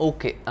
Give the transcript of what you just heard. Okay